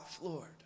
Lord